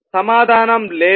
సమాధానం లేదు